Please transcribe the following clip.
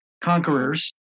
conquerors